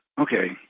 Okay